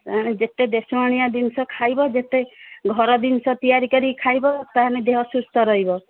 ଏଣେ ଯେତେ ଦେଶୁଣିଆ ଜିନିଷ ଖାଇବ ଯେତେ ଘର ଜିନିଷ ତିଆରି କରି ଖାଇବ ତାହାଲେ ଦେହ ସୁସ୍ଥ ରହିବ